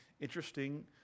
interesting